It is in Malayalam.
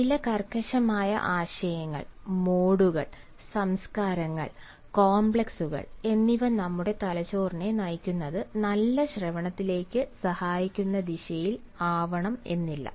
ചില കർക്കശമായ ആശയങ്ങൾ മോഡുകൾ സംസ്കാരങ്ങൾ കോംപ്ലക്സുകൾ എന്നിവ നമ്മുടെ തലച്ചോറിനെ നയിക്കുന്നത് നല്ല ശ്രവണത്തിലേക്ക് സഹായിക്കുന്ന ദിശയിൽ ആവണം എന്നില്ല